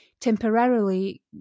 temporarily